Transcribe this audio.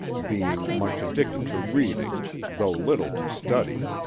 being much addicted to reading, though little to study.